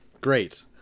Great